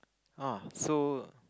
ah so